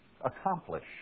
accomplish